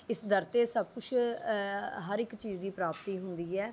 ਇਸ ਦਰ 'ਤੇ ਸਭ ਕੁਛ ਹਰ ਇੱਕ ਚੀਜ਼ ਦੀ ਪ੍ਰਾਪਤੀ ਹੁੰਦੀ ਹੈ